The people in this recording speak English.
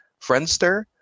Friendster